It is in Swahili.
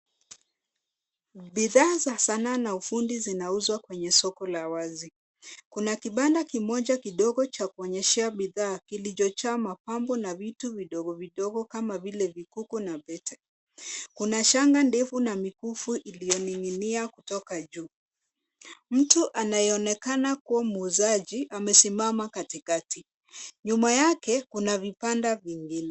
Bidhaa za sanaa na ufundi zinauzwa kwenye soko la wazi, kuna kibanda kimoja kidogo cha kuonyeshea bidhaa, kilichojaa mapambo na vitu vidogo vidogo kama vile vikuku na pete. Kuna shanga ndefu na mikufu iliyoning'inia kutoka juu, mtu anayeonekana kuwa muuzaji amesimama katikati. Nyuma yake kuna vibanda vingine.